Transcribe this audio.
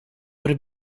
per